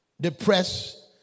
depressed